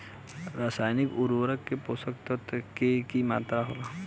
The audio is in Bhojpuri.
रसायनिक उर्वरक में पोषक तत्व के की मात्रा होला?